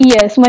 Yes